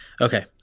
Okay